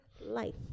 life